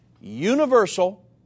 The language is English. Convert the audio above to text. universal